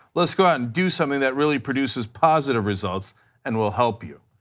let's go out and do something that really produces positive results and will help you.